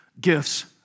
gifts